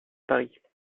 paris